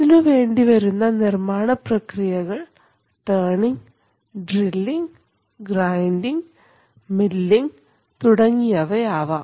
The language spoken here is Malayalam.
ഇതിനു വേണ്ടിവരുന്ന നിർമാണ പ്രക്രിയകൾ ടർണിങ് ഡ്രില്ലിങ് ഗ്രൈൻഡിങ് മില്ലിങ് തുടങ്ങിയവ ആവാം